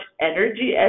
energy